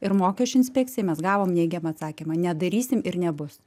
ir mokesčių inspekcijai mes gavom neigiamą atsakymą nedarysim ir nebus